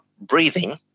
breathing